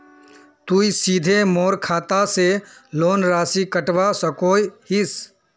तुई सीधे मोर खाता से लोन राशि कटवा सकोहो हिस?